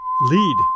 lead